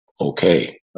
okay